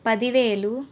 పది వేలు